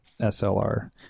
SLR